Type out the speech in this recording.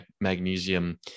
magnesium